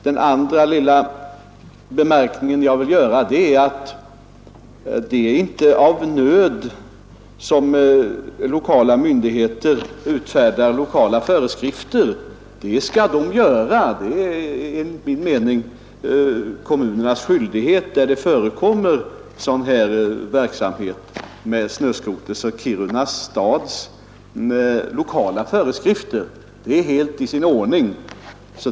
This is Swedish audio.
Den andra lilla bemärkningen jag vill göra är att det inte är av nöd som kommunala myndigheter utfärdar lokala föreskrifter. Det är enligt min mening en skyldighet för kommuner, där det förekommer snöskotertrafik, att utfärda föreskrifter. Kiruna stads lokala föreskrifter är alltså helt i sin ordning.